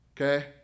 okay